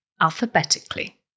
alphabetically